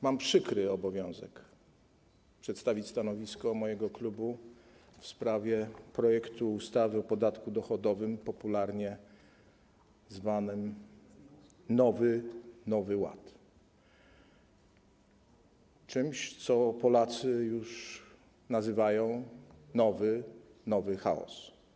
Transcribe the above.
Mam przykry obowiązek przedstawić stanowisko mojego klubu w sprawie projektu ustawy o zmianie ustawy o podatku dochodowym, popularnie zwanego nowym Nowym Ładem, czegoś, co Polacy już nazywają nowym nowym chaosem.